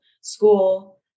school